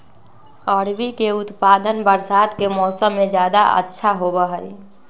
अरबी के उत्पादन बरसात के मौसम में ज्यादा होबा हई